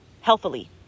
healthily